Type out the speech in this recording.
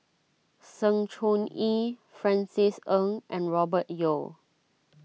Sng Choon Yee Francis Ng and Robert Yeo